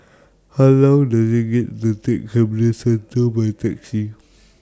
How Long Does IT get to Take Camden Centre By Taxi